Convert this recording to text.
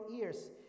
ears